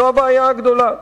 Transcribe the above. זו הבעיה הגדולה.